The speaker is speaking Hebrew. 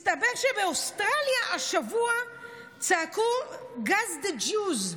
מסתבר שבאוסטרליה השבוע צעקו gas the Jews,